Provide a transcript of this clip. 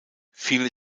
viele